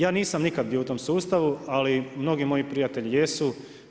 Ja nisam nikad bio u tom sustavu, ali mnogi moji prijatelji jesu.